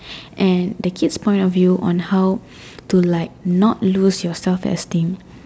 and the kids point of view on how to like not lose your self esteem